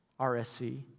RSC